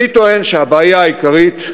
אני טוען שהבעיה העיקרית,